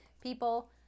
People